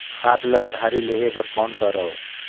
खाद ल उधारी लेहे बर कौन करव?